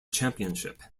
championship